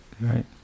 right